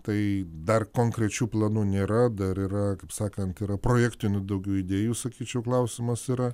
tai dar konkrečių planų nėra dar yra kaip sakant yra projektinių daugiau idėjų sakyčiau klausimas yra